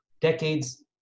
decades